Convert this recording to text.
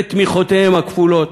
ותמיכותיהם הכפולות.